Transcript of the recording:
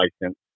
license